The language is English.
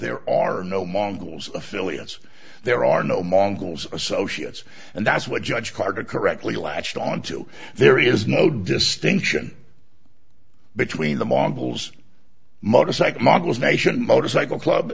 there are no mongols affiliates there are no mongols associates and that's what judge carter correctly latched onto there is no distinction between the mongols motorcycle models nation motorcycle club